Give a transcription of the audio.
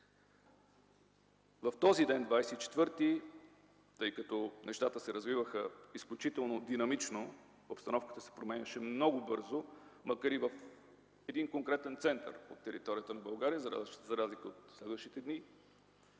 В този ден, 24 септември, тъй като нещата се развиваха изключително динамично, обстановката се променяше много бързо макар и в един конкретен център от територията на България, за разлика от следващите дни,